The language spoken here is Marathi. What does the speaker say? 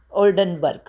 ओल्डनबर्ग